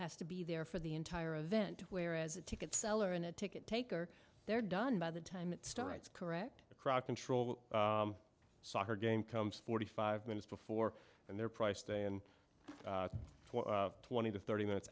has to be there for the entire event whereas a ticket seller in a ticket taker they're done by the time it starts correct the crowd control soccer game comes forty five minutes before and their price stay in twenty to thirty minutes